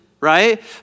right